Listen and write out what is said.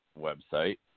website